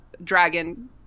Dragon